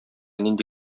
нинди